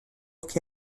che